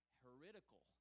heretical